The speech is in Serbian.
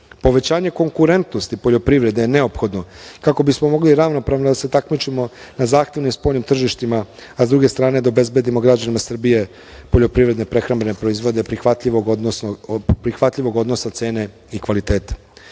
Povećanje konkurentnosti poljoprivrede je neophodno kako bismo mogli ravnopravno da se takmičimo na zahtevnim spoljnim tržištima, a sa druge strane da obezbedimo građanima Srbije poljoprivredne, prehrambene proizvode prihvatljivog odnosa cene i kvaliteta.U